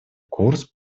курс